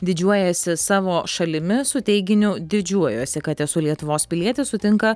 didžiuojasi savo šalimi su teiginiu didžiuojuosi kad esu lietuvos pilietis sutinka